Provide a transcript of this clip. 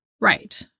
Right